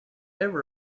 ever